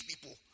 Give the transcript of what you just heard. people